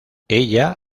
ella